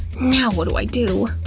now what do i do?